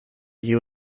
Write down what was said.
you